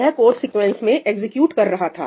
यह code sequence मे execute कर रहा था